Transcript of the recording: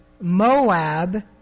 Moab